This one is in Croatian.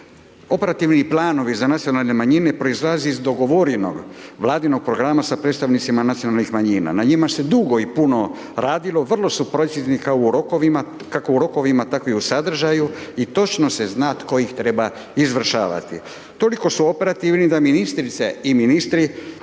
Operativni planovi za nacionalne manjine proizlaze iz dogovorenoga Vladinog programa sa predstavnicima nacionalnih manjina. Na njima se dugo i puno radilo, vrlo su precizni kao u rokovima, kako u rokovima tako i u sadržaju i točno se zna tko ih treba izvršavati. Toliko su operativni da ministrice i ministri